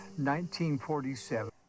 1947